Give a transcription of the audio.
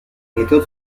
méthodes